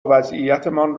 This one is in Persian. وضعیتمان